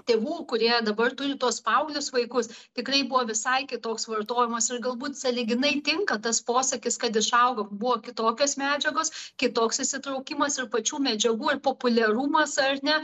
tėvų kurie dabar turi tuos paauglius vaikus tikrai buvo visai kitoks vartojimas ir galbūt sąlyginai tinka tas posakis kad išaugo buvo kitokios medžiagos kitoks įsitraukimas ir pačių medžiagų populiarumas ar ne